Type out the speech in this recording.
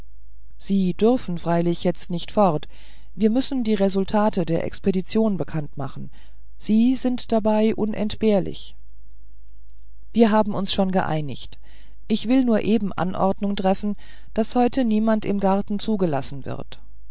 sie dürfen freilich jetzt nicht fort wir müssen die resultate der expedition bekanntmachen sie sind dabei unentbehrlich wir haben uns schon geeinigt ich will nur eben anordnung treffen daß heute niemand im garten zugelassen wird